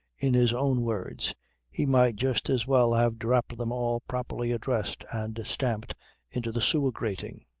in his own words he might just as well have dropped them all properly addressed and stamped into the sewer grating.